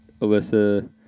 Alyssa